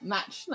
Match